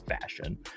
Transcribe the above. fashion